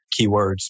keywords